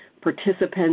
participants